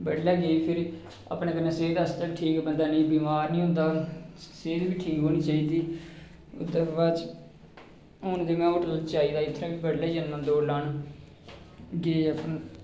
बडलै गे फिर अपने कन्नै सेह्त आस्तै ठीक ऐ बिमार नेई होंदा ऐ सेह्त बी ठीक होनी चाहिदी इस दे बाद च हून ते में होटल च आई गेदा इत्थै बी बड़लै जन्नां दौड़ लान गे अपने